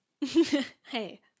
Hey